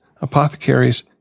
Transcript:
apothecaries